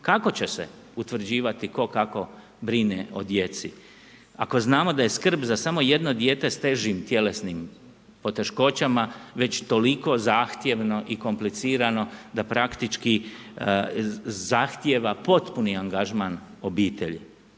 Kako že se utvrđivati tko kako brine o djeci? Ako znamo da je skrb za samo jedno dijete sa težim tjelesnim poteškoćama već toliko zahtjevno i komplicirano da praktički zahtjeva potpuni angažman obitelji.